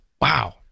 wow